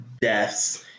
deaths